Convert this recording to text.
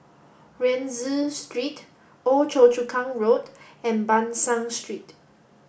Rienzi Street Old Choa Chu Kang Road and Ban San Street